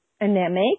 anemic